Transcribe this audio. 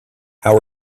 how